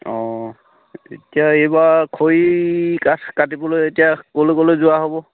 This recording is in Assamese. অঁ এতিয়া এইবাৰ খৰি কাঠ কাটিবলৈ এতিয়া ক'লৈ ক'লৈ যোৱা হ'ব